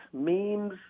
memes